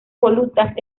volutas